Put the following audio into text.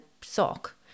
sock